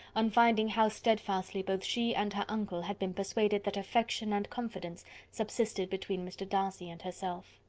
on finding how steadfastly both she and her uncle had been persuaded that affection and confidence subsisted between mr. darcy and herself.